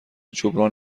جبران